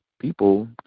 people